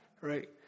Right